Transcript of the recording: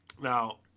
Now